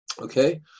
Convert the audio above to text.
okay